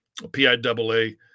PIAA